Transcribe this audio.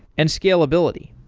and scalability.